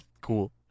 Cool